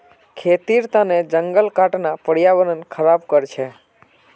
खेतीर तने जंगल काटना पर्यावरण ख़राब कर छे